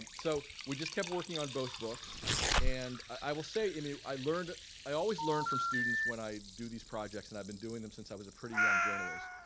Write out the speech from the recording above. so we just kept working on both books and i will say i mean i learned i always learn from students when i do these projects and i've been doing them since i was a pretty journalist.